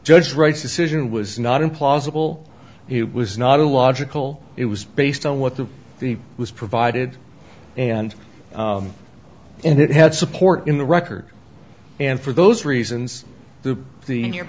judge wright's decision was not implausible it was not illogical it was based on what the he was provided and and it had support in the record and for those reasons the the in your